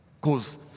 cause